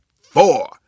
four